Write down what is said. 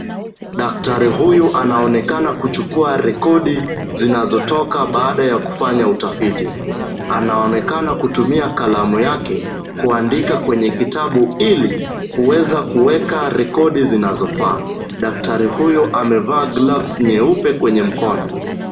Daktari huyu anaonekana kuchukua rekodi zinazotoka baada ya kufanya utafiti. Anaonekana kutumia kalamu yake kuandika kwenye kitabu ili kuweza kuweka rekodi zinazofaa. Daktari huyu amevaa gloves nyeupe kwenye mkono.